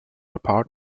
apart